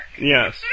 Yes